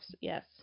yes